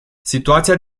situația